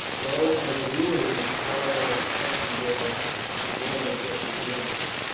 though, as a rule, they quarrel like cats and dogs before they get to the end of it.